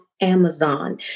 Amazon